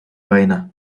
война